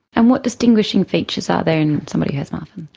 and what distinguishing features are there in somebody who has marfan?